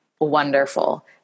wonderful